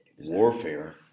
warfare